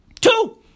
Two